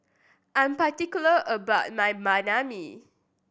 I'm particular about my Banh Mi